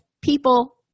people